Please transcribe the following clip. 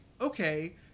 okay